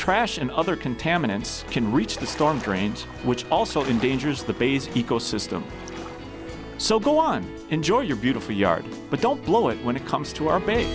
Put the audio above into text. trash and other contaminants can reach the storm drains which also in danger's the bays ecosystem so go on enjoy your beautiful yard but don't blow it when it comes to our